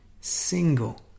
single